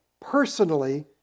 personally